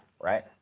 right